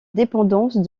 dépendance